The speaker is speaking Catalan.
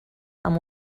amb